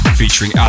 featuring